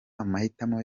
amahitamo